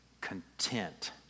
content